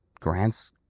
grants